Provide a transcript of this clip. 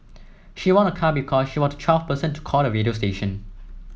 she won a car because she was the twelfth person to call the radio station